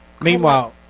Meanwhile